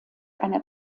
einer